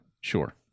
sure